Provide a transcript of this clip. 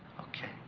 okay.